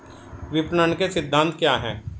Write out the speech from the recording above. विपणन के सिद्धांत क्या हैं?